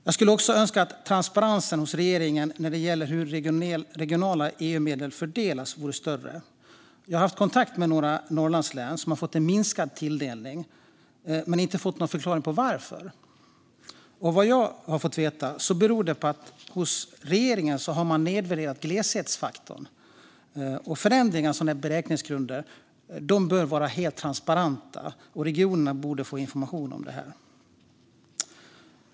Jag skulle också önska att transparensen hos regeringen när det gäller hur regionala EU-medel fördelas vore större. Jag har haft kontakt med några Norrlandslän som har fått en minskad tilldelning men inte fått någon förklaring om varför. Av vad jag fått veta beror det på att man hos regeringen har nedvärderat gleshetsfaktorn. Förändringar i sådana beräkningsgrunder bör vara helt transparenta, och regionerna borde få information om det.